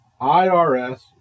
IRS